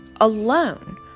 alone